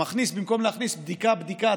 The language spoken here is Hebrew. במקום להכניס בדיקה-בדיקה,